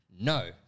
no